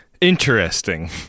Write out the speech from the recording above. Interesting